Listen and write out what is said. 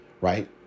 right